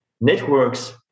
networks